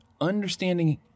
understanding